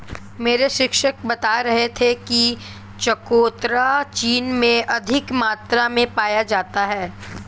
मेरे शिक्षक बता रहे थे कि चकोतरा चीन में अधिक मात्रा में पाया जाता है